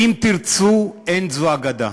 "אם תרצו אין זו אגדה"